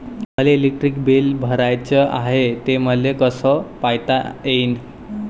मले electric bill भराचं हाय, ते मले कस पायता येईन?